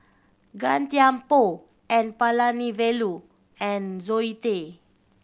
Gan Thiam Poh N Palanivelu and Zoe Tay